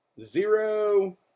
zero